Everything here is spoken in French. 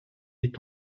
est